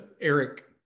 Eric